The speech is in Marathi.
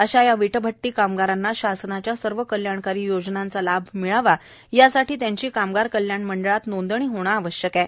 अशा या वीटभट्टी कामगारांना शासनाच्या सर्व कल्याणकारी योजनांचा लाभ मिळावा यासाठी त्यांची कामगार कल्याण मंडळात नोंदणी होणे आवश्यक आहे